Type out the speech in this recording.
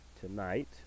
tonight